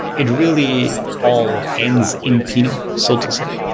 it really all ends in pinot, so to say.